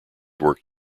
worked